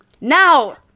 Now